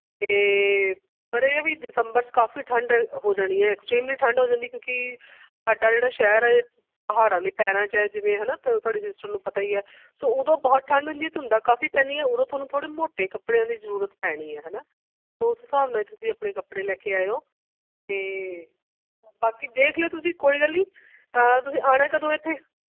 ਅਤੇ ਪਰ ਇਹ ਵੀ ਦਸੰਬਰ 'ਚ ਕਾਫੀ ਠੰਡ ਹੋ ਜਾਣੀ ਹੈ ਐਕਸਟ੍ਰੀਮਲੀ ਠੰਡ ਹੋ ਜਾਂਦੀ ਕਿਉਂਕਿ ਸਾਡਾ ਜਿਹੜਾ ਸ਼ਹਿਰ ਹੈ ਪਹਾੜਾਂ ਦੇ ਪੈਰਾਂ 'ਚ ਹੈ ਜਿਵੇਂ ਹੈ ਨਾ ਤੋ ਤੁਹਾਡੀ ਸਿਸਟਰ ਨੂੰ ਪਤਾ ਹੀ ਹੈ ਸੋ ਉਦੋਂ ਬਹੁਤ ਠੰਡ ਹੁੰਦੀ ਧੁੰਦਾਂ ਕਾਫੀ ਪੈਂਦੀਆਂ ਉਦੋਂ ਤੁਹਾਨੂੰ ਥੋੜ੍ਹੇ ਮੋਟੇ ਕੱਪੜਿਆਂ ਦੀ ਜ਼ਰੂਰਤ ਪੈਣੀ ਹੈ ਹੈ ਨਾ ਸੋ ਉਸ ਹਿਸਾਬ ਨਾਲ ਹੀ ਤੁਸੀਂ ਆਪਣੇ ਕੱਪੜੇ ਲੈ ਕੇ ਆਇਓ ਅਤੇ ਬਾਕੀ ਦੇਖ ਲਿਓ ਤੁਸੀਂ ਕੋਈ ਗੱਲ ਨਹੀਂ ਤੁਸੀਂ ਆਉਣਾ ਕਦੋਂ ਇੱਥੇ